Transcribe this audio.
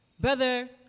Brother